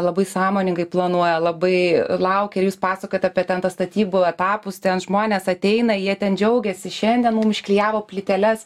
labai sąmoningai planuoja labai laukiair jūs pasakojat apie ten tą statybų etapus ten žmonės ateina jie ten džiaugiasi šiandien mums išklijavo plyteles